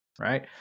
right